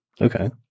Okay